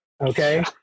Okay